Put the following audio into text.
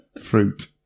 fruit